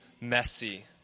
messy